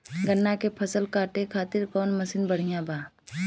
गन्ना के फसल कांटे खाती कवन मसीन बढ़ियां बा?